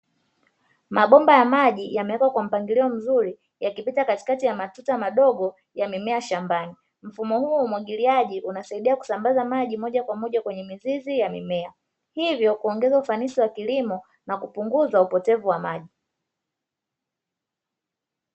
Mabomba ya maji yamewekwa kwa mpangilio mzuri, yakipita katikati ya matuta madogo ya mimea shambani. Mfumo huu wa umwagiliaji unasaidia kusambaza maji moja kwa moja kwenye mizizi ya mimea, hivyo kuongeza ufanisi wa kilimo na kupunguza upotevu wa maji.